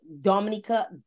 Dominica